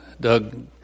Doug